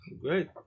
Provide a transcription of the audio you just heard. Great